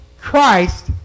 Christ